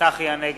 צחי הנגבי,